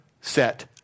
set